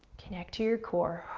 connect to your core.